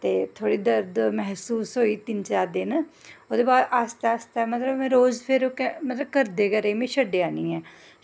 थोह्ड़ा दर्द मैह्सूस होई तिन्न चार दिन ओह्दै बाद आस्तै आस्तै में रोज मतलब करदी गै रेही में छड़ेआ निं ऐ